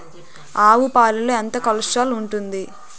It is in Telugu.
ఆవు పాలలో ఎంత కొలెస్ట్రాల్ ఉంటుంది?